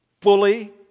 fully